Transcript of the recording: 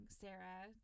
sarah